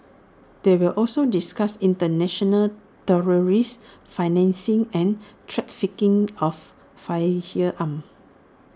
they will also discuss International terrorist financing and trafficking of firearms